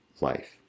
life